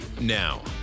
Now